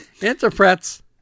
interprets